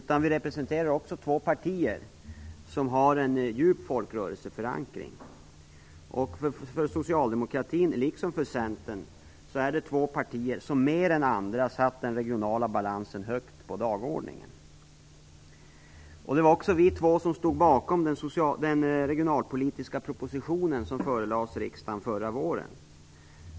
Vi representerar också två partier som har en djup folkrörelseförankring. Socialdemokratin har liksom Centern i högre grad än andra partier satt den regionala balansen högt på dagordningen. Det var också dessa två partier som stod bakom den regionalpolitiska propositionen som förelades riksdagen förra våren.